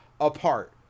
apart